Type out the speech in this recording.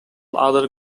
other